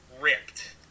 ripped